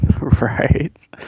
Right